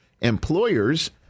employers